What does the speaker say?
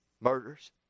Murders